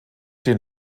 den